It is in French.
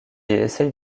essaye